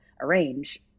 arrange